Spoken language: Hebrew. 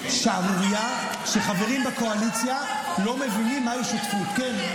שחברים בקואליציה לא מבינים מהי שותפות, כן.